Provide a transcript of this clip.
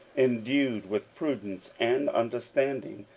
endued with prudence and understanding,